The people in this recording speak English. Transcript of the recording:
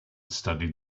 studied